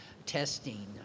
testing